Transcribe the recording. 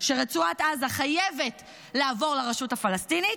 שרצועת עזה חייבת לעבור לרשות הפלסטינית,